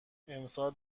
امسال